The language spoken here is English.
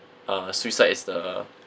uh suicide is the